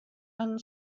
and